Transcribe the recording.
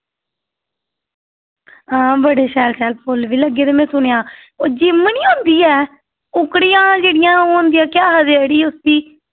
हां बड़े शैल शैल फुल्ल बी लग्गे दे मैं सुनेआ ओह् जिम नी होंदी ऐ ओह्कड़ियां जेह्ड़ियां ओ होंदियां केह् आखदे अड़िये उस्सी